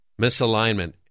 misalignment